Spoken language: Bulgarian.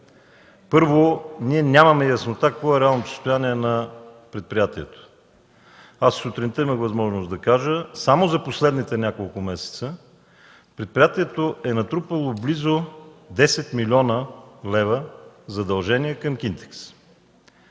Първо, ние нямаме яснота какво е реалното състояние на предприятието. Аз сутринта имах възможност да кажа: само за последните няколко месеца предприятието е натрупало близо 10 млн. лв. задължения към „Кинтекс”.